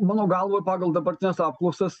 mano galva pagal dabartines apklausas